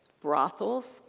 brothels